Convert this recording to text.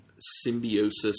symbiosis